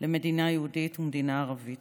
למדינה יהודית ומדינה ערבית.